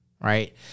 right